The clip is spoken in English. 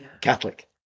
Catholic